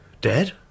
Dead